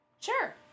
Sure